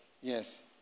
Yes